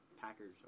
Packers